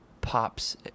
Pops